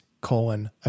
colon